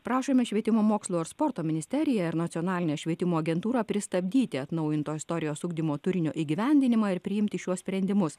prašome švietimo mokslo ir sporto ministeriją ir nacionalinę švietimo agentūrą pristabdyti atnaujinto istorijos ugdymo turinio įgyvendinimą ir priimti šiuos sprendimus